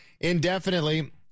indefinitely